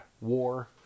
war